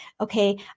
okay